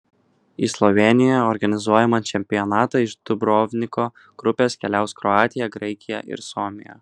į slovėnijoje organizuojamą čempionatą iš dubrovniko grupės keliaus kroatija graikija ir suomija